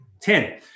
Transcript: Ten